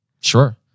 Sure